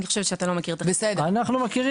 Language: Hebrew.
אני חושבת שאתה לא מכיר את ה --- אנחנו מכירים.